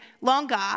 longer